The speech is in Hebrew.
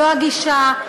זו הגישה.